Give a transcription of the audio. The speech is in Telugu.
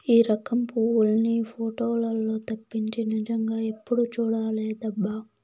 ఈ రకం పువ్వుల్ని పోటోలల్లో తప్పించి నిజంగా ఎప్పుడూ చూడలేదబ్బా